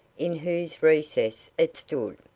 in whose recess it stood.